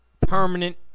permanent